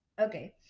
Okay